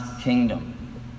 kingdom